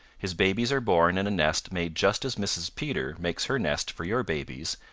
his babies are born in a nest made just as mrs. peter makes her nest for your babies,